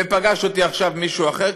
ופגש אותי עכשיו מישהו אחר,